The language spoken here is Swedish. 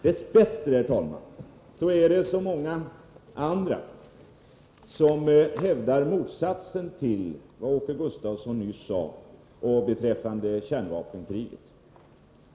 Dess bättre, herr talman, är det så många andra som hävdar motsatsen till vad Åke Gustavsson nyss sade beträffande kärnvapenkriget.